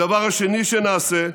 הדבר השני שנעשה,